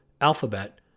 Alphabet